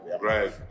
Right